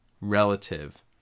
relative